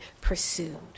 pursued